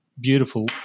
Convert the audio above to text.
beautiful